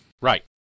Right